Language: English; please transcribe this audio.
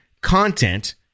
content